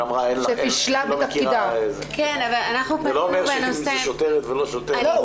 שאמרה שהיא לא מכירה --- זה לא אומר שאם זה שוטרת ולא שוטר --- לא,